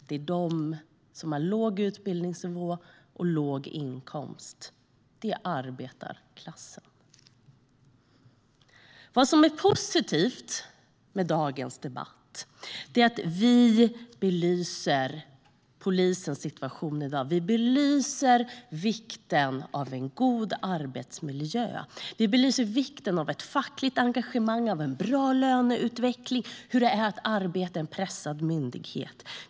Det är de som har låg utbildningsnivå och låg inkomst. Det är arbetarklassen. Vad som är positivt med dagens debatt är att vi belyser polisens situation i dag. Vi belyser vikten av en god arbetsmiljö. Vi belyser vikten av ett fackligt engagemang, av en bra löneutveckling, hur det är att arbeta i en pressad myndighet.